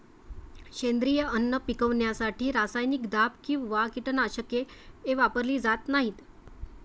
सेंद्रिय अन्न पिकवण्यासाठी रासायनिक दाब किंवा कीटकनाशके वापरली जात नाहीत